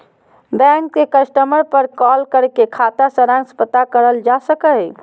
bank के customer पर call करके खाता सारांश पता करल जा सको हय